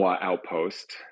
Outpost